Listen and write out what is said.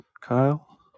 Kyle